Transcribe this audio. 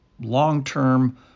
long-term